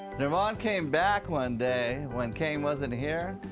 nirvan came back one day when caine wasn't here,